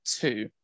two